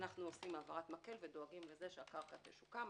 אנחנו עושים העברת מקל ודואגים לכך שהקרקע תשוקם.